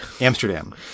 amsterdam